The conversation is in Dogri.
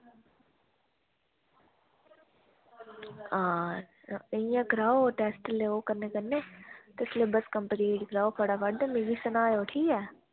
इंया करो टेस्ट लैओ कन्नै कन्नै